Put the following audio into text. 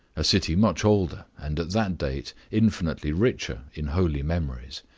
a city much older, and, at that date, infinitely richer in holy memories.